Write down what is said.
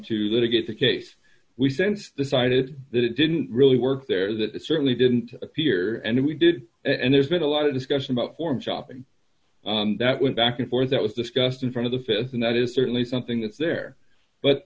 the case we sent the cited that it didn't really work there that it certainly didn't appear and we did and there's been a lot of discussion about forum shopping that went back and forth that was discussed in front of the th and that is certainly something that's there but